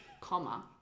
comma